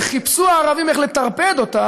וחיפשו הערבים איך לטרפד אותה,